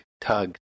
tug